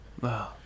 Wow